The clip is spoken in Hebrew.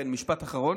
כן, משפט אחרון.